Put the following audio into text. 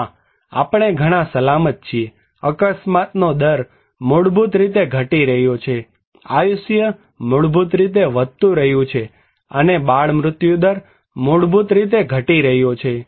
ના આપણે ઘણા સલામત છીએ અકસ્માતનો દર મૂળભૂત રીતે ઘટી રહ્યો છે આયુષ્ય મૂળભૂત રીતે વધતું રહ્યું છે અને બાળ મૃત્યુદર મૂળભૂત રીતે ઘટી રહ્યો છે